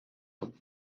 held